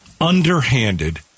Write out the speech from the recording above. underhanded